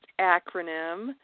acronym